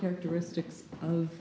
characteristics of